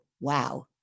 Wow